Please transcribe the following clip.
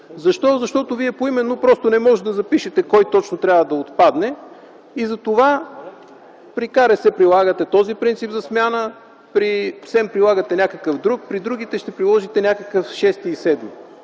Защо? Защото поименно просто не може да запишете кой точно трябва да отпадне и затова при КРС прилагате този принцип за смяна, при СЕМ прилагате друг принцип, при другите регулатори ще приложите някакъв шести